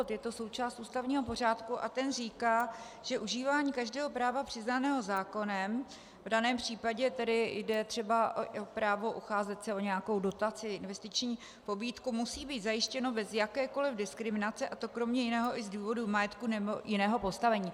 Je to součást ústavního pořádku a ten říká, že užívání každého práva přiznaného zákonem, v daném případě tedy jde třeba o právo ucházet se o nějakou dotaci či investiční pobídku, musí být zajištěno bez jakékoliv diskriminace, a to kromě jiného i z důvodu majetku nebo jiného postavení.